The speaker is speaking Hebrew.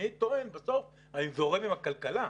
בסוף אני זורם עם הכלכלה.